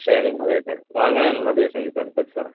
சரிங்கம்மா right right வாங்க நல்லபடியா செஞ்சித் தர்றேன் தச்சி தர்றேன்